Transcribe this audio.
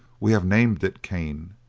we have named it cain.